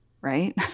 right